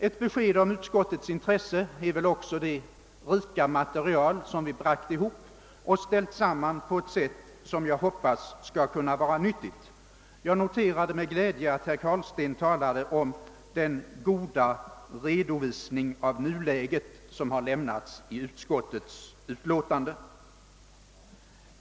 Ett besked om utskottets intresse ger väl också det rika material, som vi bragt ihop och ställt samman på ett sätt, som jag hoppas skall kunna vara nyttigt. Jag noterade med glädje att herr Carlstein talade om den goda redovisning av nuläget som har lämnats i utskottsutlåtandet.